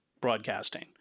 broadcasting